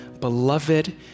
beloved